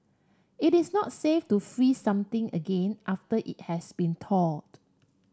it is not safe to freeze something again after it has been thawed